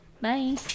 Bye